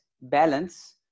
balance